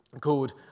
called